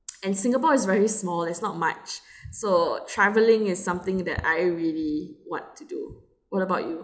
and singapore is very small there's not much so travelling is something that I really want to do what about you